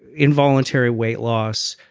involuntary weight loss,